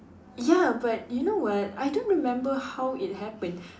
ya but you know what I don't remember how it happened